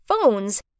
phones